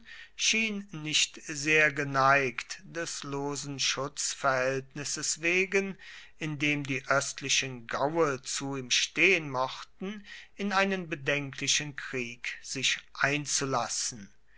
schien nicht sehr geneigt des losen schutzverhältnisses wegen in dem die östlichen gaue zu ihm stehen mochten in einen bedenklichen krieg sich einzulassen